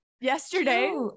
yesterday